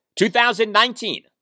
2019